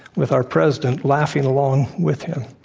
with our president laughing along with him?